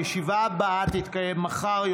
הישיבה הבאה תתקיים מחר,